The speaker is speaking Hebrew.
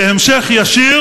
זה המשך ישיר